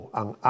ang